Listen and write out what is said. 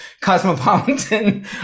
cosmopolitan